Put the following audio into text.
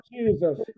Jesus